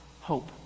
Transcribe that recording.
hope